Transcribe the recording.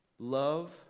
Love